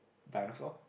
dinosaur